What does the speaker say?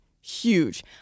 Huge